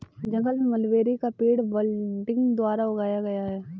जंगल में मलबेरी का पेड़ बडिंग द्वारा उगाया गया है